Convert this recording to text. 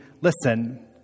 Listen